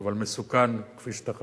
אבל מסוכן כפי שאתה חביב,